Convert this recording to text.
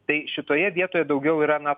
tai šitoje vietoje daugiau yra na